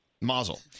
Mazel